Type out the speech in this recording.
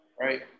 right